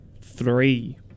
Three